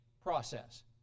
process